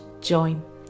join